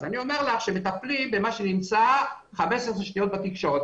אני אומר לך שמטפלים במה שנמצא 15 שניות בתקשורת,